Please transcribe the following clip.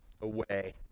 away